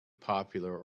popular